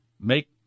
make